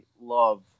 love